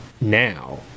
now